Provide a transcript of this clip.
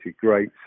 great